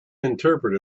interpret